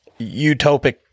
utopic